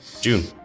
june